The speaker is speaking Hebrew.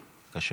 בבקשה,